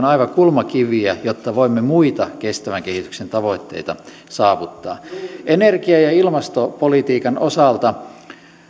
aivan kulmakiviä jotta voimme muita kestävän kehityksen tavoitteita saavuttaa energia ja ilmastopolitiikan osalta